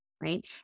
right